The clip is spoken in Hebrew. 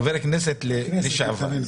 חבר הכנסת לשעבר.